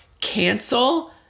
cancel